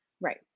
Right